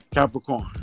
Capricorn